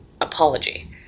apology